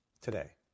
today